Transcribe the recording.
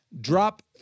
Drop